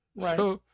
Right